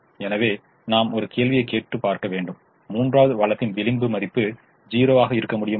எனவே நாம் ஒரு கேள்வியைக் கேட்டு பார்க்க வேண்டும் மூன்றாவது வளத்தின் விளிம்பு மதிப்பு 0 ஆக இருக்க முடியுமா